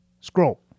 Scroll